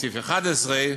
בסעיף 11: